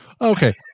Okay